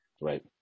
Right